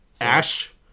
Ash